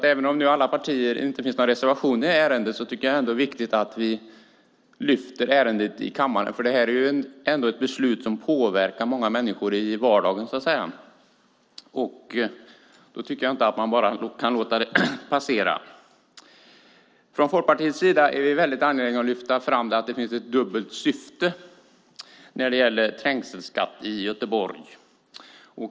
Även om det inte finns några reservationer i det här ärendet är det ändå viktigt att vi lyfter ärendet i kammaren. Det är ändå ett beslut som påverkar många människor i vardagen, och då kan man inte bara låta det passera. Från Folkpartiets sida är vi väldigt angelägna att lyfta fram att det finns ett dubbelt syfte när det gäller trängselskatt i Göteborg.